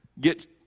get